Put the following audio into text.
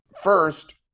first